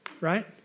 right